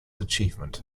achievement